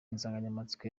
insanganyamatsiko